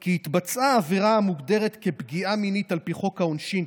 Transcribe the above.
כי התבצעה עבירה המוגדרת פגיעה מינית לפי חוק העונשין,